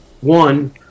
one